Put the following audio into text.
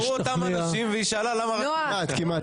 נשארו אותם אנשים והיא שאלה למה רק --- לא, לא